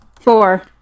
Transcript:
four